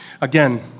Again